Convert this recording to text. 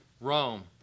Rome